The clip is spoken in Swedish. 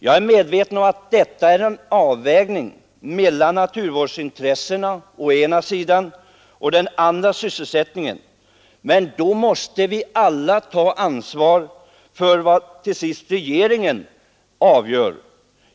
Jag är medveten om att det gäller en avvägning mellan naturvårdsintressena å ena sidan och sysselsättningen å den andra, men då måste vi alla ta ansvar för vad som till sist blir regeringens avgörande.